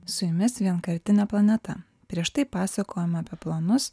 su jumis vienkartinė planeta prieš tai pasakojom apie planus